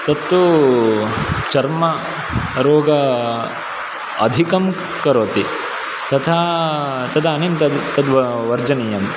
तत्तु चर्मरोग अधिकं करोति तथा तदानीं तद् तद् वर्जनीयम्